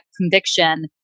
conviction